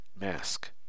mask